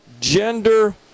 gender